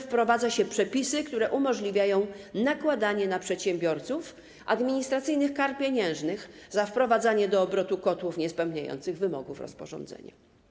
Wprowadza także się przepisy, które umożliwiają nakładanie na przedsiębiorców administracyjnych kar pieniężnych za wprowadzanie do obrotu kotłów niespełniających wymogów rozporządzenia.